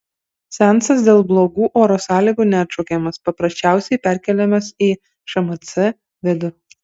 seansas dėl blogų oro sąlygų neatšaukiamas paprasčiausiais perkeliamas į šmc vidų